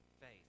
faith